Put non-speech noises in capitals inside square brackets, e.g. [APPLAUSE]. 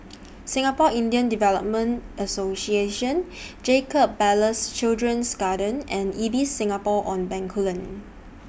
[NOISE] Singapore Indian Development Association Jacob Ballas Children's Garden and Ibis Singapore on Bencoolen